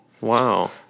Wow